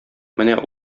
менә